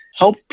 Help